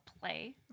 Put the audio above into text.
play